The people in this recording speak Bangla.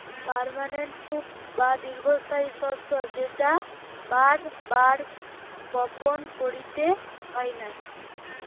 পার্মানেন্ট ক্রপ বা দীর্ঘস্থায়ী শস্য যেটা বার বার বপণ কইরতে হয় নাই